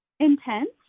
Intense